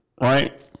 Right